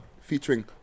featuring